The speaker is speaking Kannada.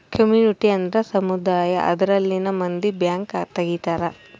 ಕಮ್ಯುನಿಟಿ ಅಂದ್ರ ಸಮುದಾಯ ಅದರಲ್ಲಿನ ಮಂದಿ ಬ್ಯಾಂಕ್ ತಗಿತಾರೆ